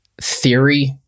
Theory